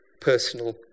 personal